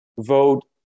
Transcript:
vote